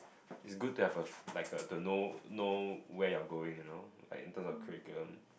it's good to have a f~ like a to know know where you're going you know like into the curriculum